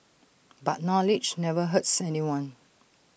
but knowledge never hurts anyone